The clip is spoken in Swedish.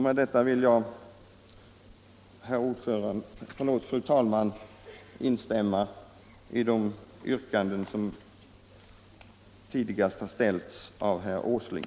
Med detta instämmer jag, fru talman, i det yrkande som tidigare ställts av herr Åsling.